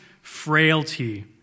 frailty